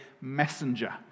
messenger